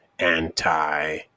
Anti